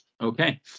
Okay